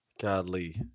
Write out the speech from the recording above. Godly